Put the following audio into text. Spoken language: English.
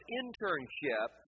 internship